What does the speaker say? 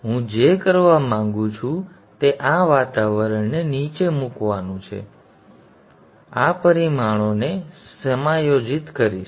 હવે હું જે કરવા માંગુ છું તે આ વાતાવરણને નીચે મૂકવાનું છે હું જઈશ અને આ પરિમાણોને સમાયોજિત કરીશ